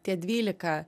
tie dvylika